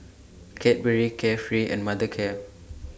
Cadbury Carefree and Mothercare